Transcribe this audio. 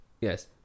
Yes